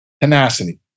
Tenacity